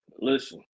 listen